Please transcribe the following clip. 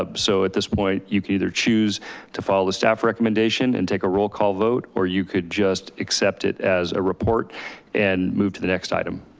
ah so at this point, you can either choose to follow the staff recommendation and take a roll call vote, or you could just accept it as a report and move to the next item.